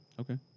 Okay